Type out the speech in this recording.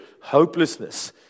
hopelessness